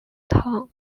town